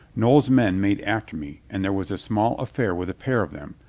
noll's men made after me and there was a small affair with a pair of them,